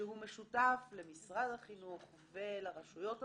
שהוא משותף למשרד החינוך ולרשויות המקומיות.